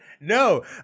No